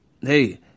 hey